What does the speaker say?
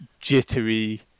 jittery